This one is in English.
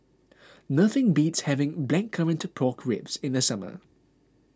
nothing beats having Blackcurrant Pork Ribs in the summer